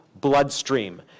bloodstream